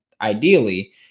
ideally